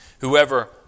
Whoever